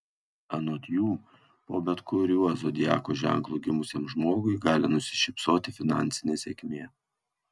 anot jų po bet kuriuo zodiako ženklu gimusiam žmogui gali nusišypsoti finansinė sėkmė